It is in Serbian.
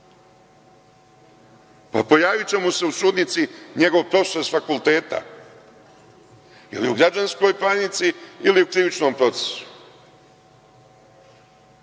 Pojaviće mu se u sudnici njegov profesor sa fakulteta ili u građanskoj parnici ili u krivičnom procesu.